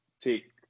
take